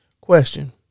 Question